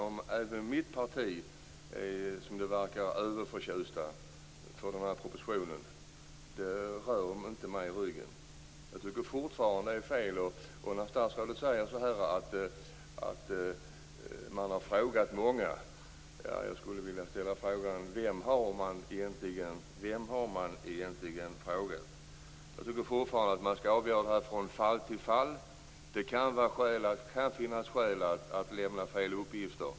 Att även mitt parti verkar vara överförtjust i propositionen rör mig inte i ryggen. Statsrådet säger att man har frågat många. Jag skulle vilja ställa frågan: Vem har man egentligen frågat? Jag tycker fortfarande att man skall avgöra från fall till fall. Det kan här finnas skäl att lämna felaktiga uppgifter.